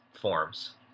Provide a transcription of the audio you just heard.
forms